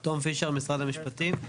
טום פישר, משרד המשפטים.